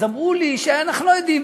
אז אמרו לי: אנחנו לא יודעים.